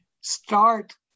start